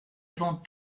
avant